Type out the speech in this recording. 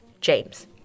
James